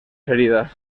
heridas